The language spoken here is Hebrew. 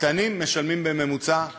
הקטנים משלמים בממוצע 8%,